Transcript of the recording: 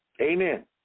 Amen